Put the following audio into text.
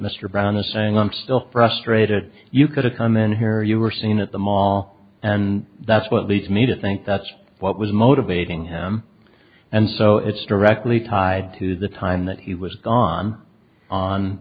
mr brown was saying i'm still frustrated you could have come in here you were seen at the mall and that's what leads me to think that's what was motivating him and so it's directly tied to the time that he was gone on